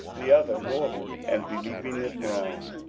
the other northern, and believing it wrong